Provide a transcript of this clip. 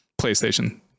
PlayStation